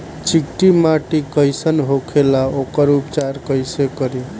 चिकटि माटी कई सन होखे ला वोकर उपचार कई से करी?